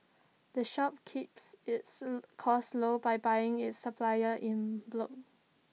the shop keeps its costs low by buying its supplier in block